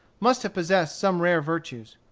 must have possessed some rare virtues.